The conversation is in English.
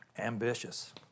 Ambitious